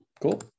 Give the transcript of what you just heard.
Cool